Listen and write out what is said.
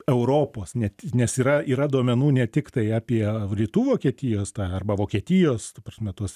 europos net nes yra yra duomenų ne tiktai apie rytų vokietijos arba vokietijos ta prasme tuos